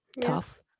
Tough